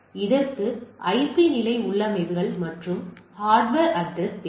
இதற்கு ஐபி நிலை உள்ளமைவுகள் மற்றும் ஹார்ட்வர் அட்ரஸ் தேவை